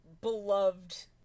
beloved